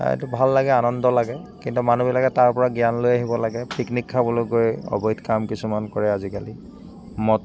এইটো ভাল লাগে আনন্দ লাগে কিন্তু মানুহবিলাকে তাৰপৰা জ্ঞান লৈ আহিব লাগে পিকনিক খাবলৈ গৈ অৱহিত কাম কিছুমান কৰে আজিকালি মদ